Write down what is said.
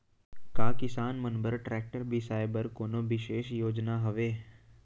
का किसान मन बर ट्रैक्टर बिसाय बर कोनो बिशेष योजना हवे?